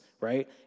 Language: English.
right